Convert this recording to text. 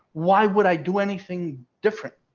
why would i do anything different?